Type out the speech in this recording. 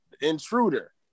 intruder